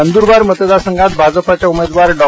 नंदुरबार मतदार संघात भाजपाच्या उमेदवार डॉ